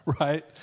right